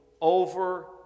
over